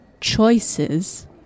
choices